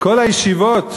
לכל הישיבות,